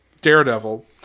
Daredevil